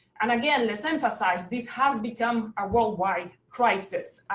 and again, let's emphasize, this has become a worldwide crisis.